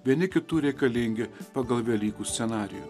vieni kitų reikalingi pagal velykų scenarijų